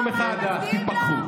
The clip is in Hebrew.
בצבא ההגנה לליברמן מצדיעים או לא?